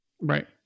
Right